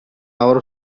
avro